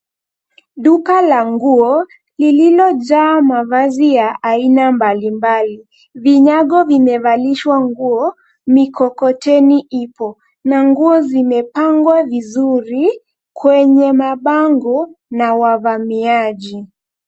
Duka la nguo lililojaa mavazi ya aina mbalimbali. Vinyago vimevalishwa nguo. Mikokoteni ipo na nguo zimepangwa vizuri kwenye mabango na wavamiaji.